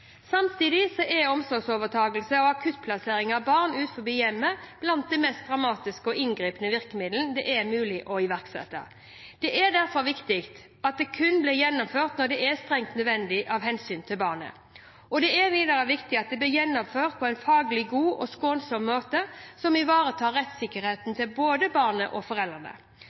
Samtidig er omsorgsovertakelse og akuttplassering av barn utenfor hjemmet blant de mest dramatiske og inngripende virkemidlene det er mulig å iverksette. Det er derfor viktig at dette kun blir gjennomført når det er strengt nødvendig av hensyn til barnet. Det er videre viktig at det blir gjennomført på en faglig god og skånsom måte, som ivaretar rettssikkerheten til både barnet og foreldrene.